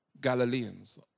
Galileans